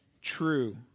true